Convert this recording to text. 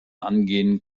angehen